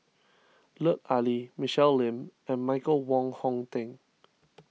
Lut Ali Michelle Lim and Michael Wong Hong Teng